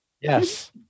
Yes